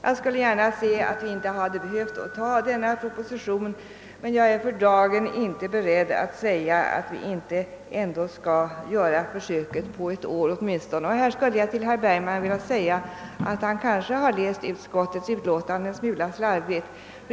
Jag skulle gärna sett att vi inte hade behövt anta denna proposition, men jag är för dagen inte beredd att säga att vi inte bör göra försöket, åtminstone på ett år. Till herr Bergman skulle jag vilja säga att han kanske har läst utskottsutlåtan det en smula slarvigt.